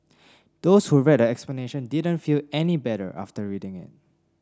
those who read her explanation didn't feel any better after reading it